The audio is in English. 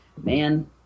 man